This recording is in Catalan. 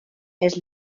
els